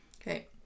Okay